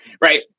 right